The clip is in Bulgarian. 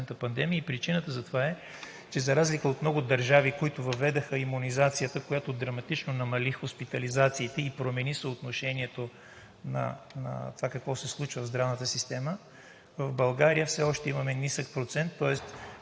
Причината за това е, че за разлика от много държави, които въведоха имунизацията, която драматично намали хоспитализациите и промени съотношението на това какво се случва в здравната система, в България все още имаме нисък процент.